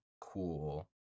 cool